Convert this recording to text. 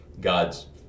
God's